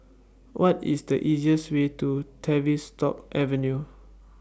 What IS The easiest Way to Tavistock Avenue